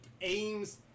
aims